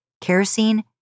kerosene